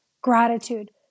gratitude